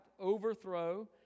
overthrow